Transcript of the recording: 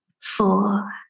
four